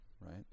right